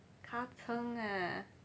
kah cheng ah